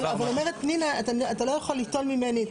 אבל אומרת פנינה אתה לא יכול ליטול ממני את